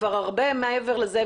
כבר הרבה מעבר לזה,